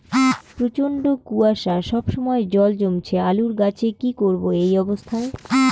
প্রচন্ড কুয়াশা সবসময় জল জমছে আলুর গাছে কি করব এই অবস্থায়?